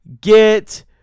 get